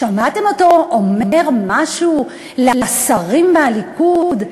שמעתם אותו אומר משהו לשרים מהליכוד?